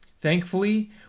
Thankfully